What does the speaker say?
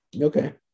Okay